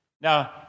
Now